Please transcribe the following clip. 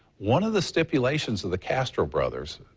one of the stipulations of the castro brothers,